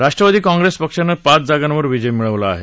राष्ट्रवादी काँप्रेस पक्षानं पाच जागांवर विजय मिळवला आहे